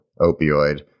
opioid